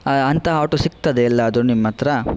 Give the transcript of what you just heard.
ಅಂಥ ಆಟೋ ಸಿಕ್ತದಾ ಎಲ್ಲಾದರು ನಿಮ್ಮಹತ್ರ